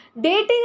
dating